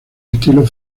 estilo